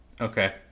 Okay